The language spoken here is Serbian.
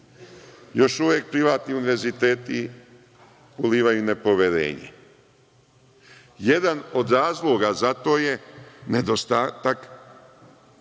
Još uvek privatni univerziteti ulivaju nepoverenje. Jedan od razloga za to je nedostatak